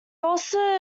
also